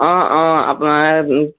অঁ অঁ আপোনাৰ